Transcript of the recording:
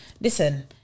Listen